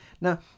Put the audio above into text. Now